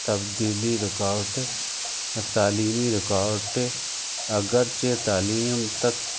تبدیلی رکاوٹ تعلیمی رکاوٹیں اگرچہ تعلیم تک